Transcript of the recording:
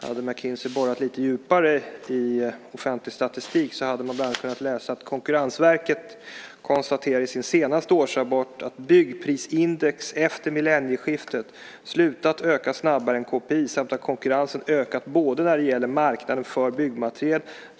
Hade McKinsey borrat lite djupare i offentlig statistik hade man bland annat kunnat läsa att Konkurrensverket i sin senaste årsrapport konstaterar att byggprisindex efter millennieskiftet slutat öka snabbare än kpi samt att konkurrensen ökat när det gäller marknaden för byggmaterial.